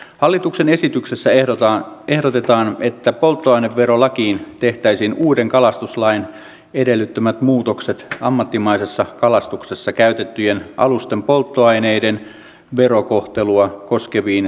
hallituksen esityksessä ehdotetaan että polttoaineverolakiin tehtäisiin uuden kalastuslain edellyttämät muutokset ammattimaisessa kalastuksessa käytettyjen alusten polttoaineiden verokohtelua koskeviin säännöksiin